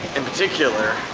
in particular,